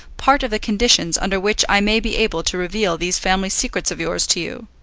part of the conditions under which i may be able to reveal these family secrets of yours to you.